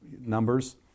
numbers